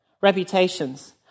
reputations